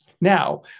Now